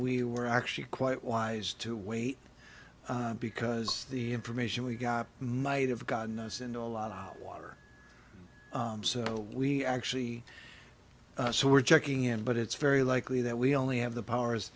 we were actually quite wise to wait because the information we got might have gotten us into a lot of water so we actually so we're checking in but it's very likely that we only have the powers